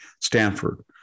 Stanford